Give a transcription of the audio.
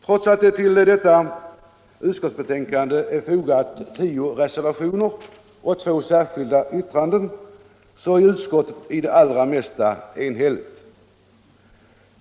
Trots att det till utskottets betänkande har fogats tio reservationer och två särskilda yttranden är utskottet i det allra mesta enhälligt.